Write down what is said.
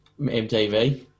MTV